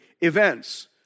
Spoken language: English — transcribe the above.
events